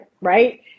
Right